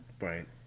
Right